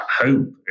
hope